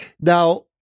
Now